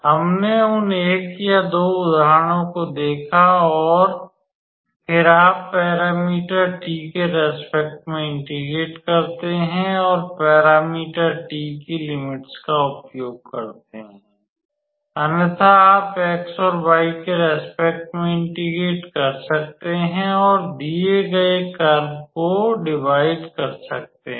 हमने उन एक या दो उदाहरणों को देखा और फिर आप पैरामीटर t के रेस्पेक्ट में इंटेग्रेट करते हैं और पैरामीटर t की लिमिट्स का उपयोग करते हैं अन्यथा आप x और y के रेस्पेक्ट में इंटेग्रेट कर सकते हैं और दिए गए कर्व को विभाजित कर सकते हैं